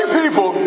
people